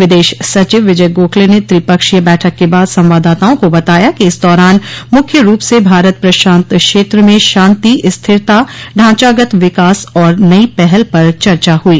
विदेश सचिव विजय गोखले ने त्रिपक्षीय बैठक के बाद संवाददाताओं को बताया कि इस दौरान मुख्य रूप से भारत प्रशांत क्षेत्र में शांति स्थिरता ढांचागत विकास और नई पहल पर चर्चा हुई